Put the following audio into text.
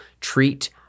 treat